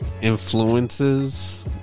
influences